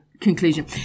Conclusion